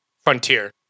Frontier